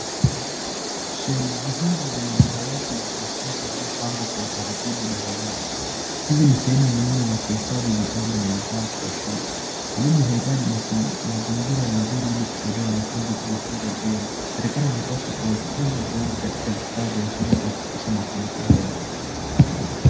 Shelves hizi zina madawati ya wanafunzi yalipangwa kwa utaratibu darasani, hizi ni sehemu muhimu za kuhifadhi vitabu na vifaa vya shule, elimu inahitaji mazingira mazuri ili kusaidia wanafunzi kujifunza vyema, serikali inapaswa kuwaekea vitabu katika vifaa vya shule ili kuhakikisha mafanikio ya elimu.